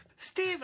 Steve